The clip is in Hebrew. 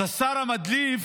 אז השר המדליף